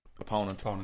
opponent